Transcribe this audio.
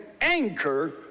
anchor